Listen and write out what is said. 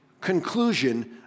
conclusion